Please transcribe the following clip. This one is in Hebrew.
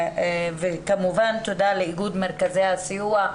וכמובן תודה לאיגוד מרכזי הסיוע,